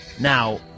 Now